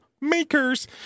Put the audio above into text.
makers